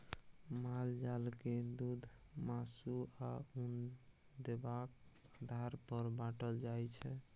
माल जाल के दुध, मासु, आ उन देबाक आधार पर बाँटल जाइ छै